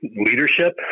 leadership